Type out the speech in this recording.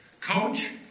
coach